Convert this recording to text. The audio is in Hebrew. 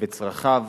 בצרכיו,